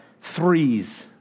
threes